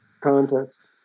context